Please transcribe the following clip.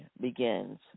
begins